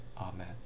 amen